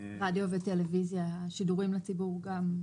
רדיו וטלוויזיה- שירותים לציבור, גם.